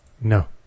No